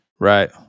Right